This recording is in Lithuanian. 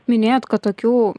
minėjot kad tokių